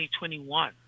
2021